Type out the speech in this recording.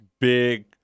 big